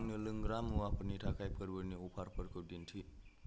आंनो लोंग्रा मुवाफोरनि थाखाय फोरबोनि अफारफोरखौ दिन्थि